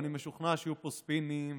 ואני משוכנע שיהיו ספינים,